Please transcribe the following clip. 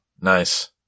Nice